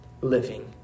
living